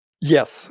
Yes